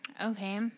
Okay